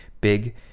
big